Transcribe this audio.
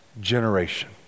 generation